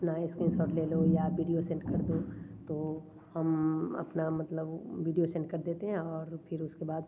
अपना स्क्रीनशॉट ले लो या वीडियो सेंड कर दो तो हम अपना मतलब वीडियो सेंड कर देते है और फिर उसके बाद